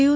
you